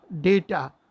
data